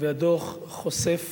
והדוח חושף